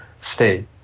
state